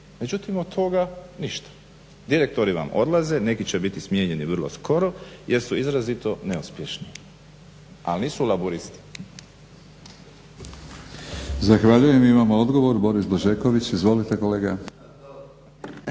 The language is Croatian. Međutim, od toga ništa. Direktori vam odlaze, neki će biti smijenjeni vrlo skoro jer su izrazito neuspješni, ali nisu Laburisti.